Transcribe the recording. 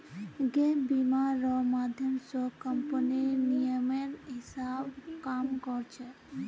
gap बीमा र माध्यम स कम्पनीर नियमेर हिसा ब काम कर छेक